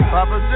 Papa